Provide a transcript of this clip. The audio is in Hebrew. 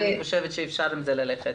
אני חושבת שאפשר עם זה ללכת.